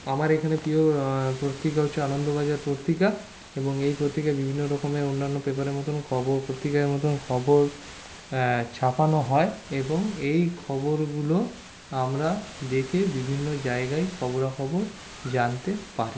আমার এখানে প্রিয় পত্রিকা হচ্ছে আনন্দবাজার পত্রিকা এবং এই পত্রিকায় বিভিন্ন রকমের অন্যান্য পেপারের মতন খবর পত্রিকার মতন খবর ছাপানো হয় এবং এই খবরগুলো আমরা দেখে বিভিন্ন জায়গায় খবরাখবর জানতে পারি